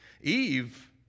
Eve